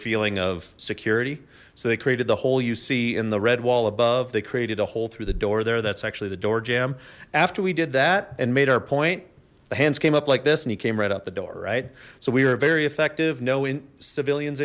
feeling of security so they created the hole you see in the red wall above they created a hole through the door there that's actually the door jamb after we did that and made our point the hands came up like this and he came right out the door right so we were very effective knowing civilians